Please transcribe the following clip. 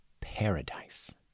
paradise